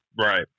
Right